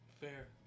Fair